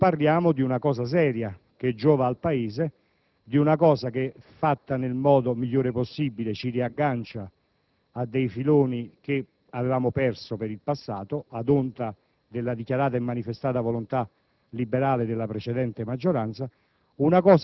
Stiamo parlando di misure serie, che giovano al Paese e che, se attivate nel modo migliore possibile, ci riagganciano a dei filoni che avevamo perso in passato, ad onta della dichiarata e manifestata volontà liberale della precedente maggioranza.